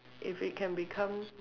if it can become